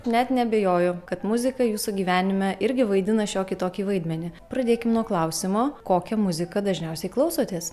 net neabejoju kad muzika jūsų gyvenime irgi vaidina šiokį tokį vaidmenį pradėkim nuo klausimo kokią muziką dažniausiai klausotės